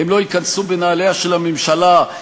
הם לא ייכנסו בנעליה של הממשלה,